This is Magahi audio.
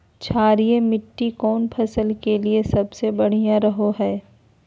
क्षारीय मिट्टी कौन फसल के लिए सबसे बढ़िया रहो हय?